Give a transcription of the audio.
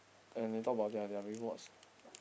and they talk about their their rewards